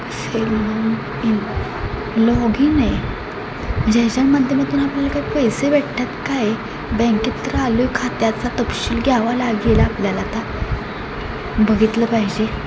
कसे log in login आहे ज्याच्या माध्यमातून आपल्याला काय पैसे भेटतात काय बँकेत तर आलो आहे खात्याचा तपशील घ्यावा लागेल आपल्याला आता बघितलं पाहिजे